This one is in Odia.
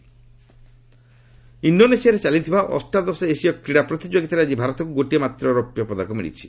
ଏସିଆନ୍ ଗେମ୍ ଇଣ୍ଡୋନେସିଆରେ ଚାଲିଥିବା ଅଷ୍ଟାଦଶ ଏସୀୟ କ୍ରୀଡ଼ା ପ୍ରତିଯୋଗିତାରେ ଆଜି ଭାରତକୁ ଗୋଟିଏ ମାତ୍ର ରୌପ୍ୟ ପଦକ ମିଳିଛି